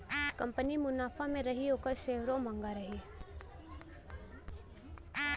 company मुनाफा मे रही ओकर सेअरो म्हंगा रही